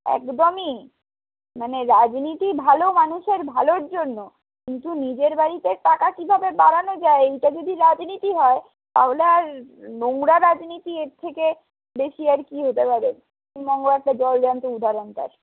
একদমই মানে রাজনীতি ভালো মানুষের ভালোর জন্য কিন্তু নিজের বাড়িতে টাকা কিভাবে বাড়ানো যায় এইটা যদি রাজনীতি হয় তাহলে আর নোংরা রাজনীতি এর থেকে বেশি আর কি হতে পারে পশ্চিমবাংলা একটা জলজ্যান্ত উদাহরণ তার